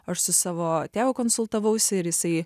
aš su savo tėvu konsultavausi ir jisai